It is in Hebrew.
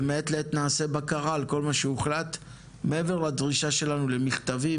ומעת לעת נעשה בקרה על כל מה שהוחלט מעבר לדרישה שלנו למכתבים